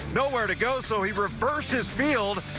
nowhere to go. so he reverses field.